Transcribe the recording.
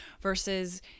versus